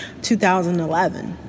2011